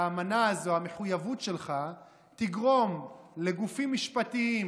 שהאמנה הזו, שהמחויבות שלך תגרום לגופים משפטיים